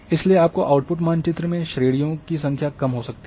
इसलिए आपके आउटपुट मानचित्र में श्रेणियों की संख्या कम हो सकती है